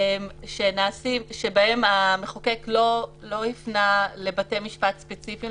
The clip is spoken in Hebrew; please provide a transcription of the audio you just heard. שבהם המחוקק לא הפנה לבתי משפט ספציפיים,